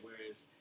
whereas